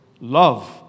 love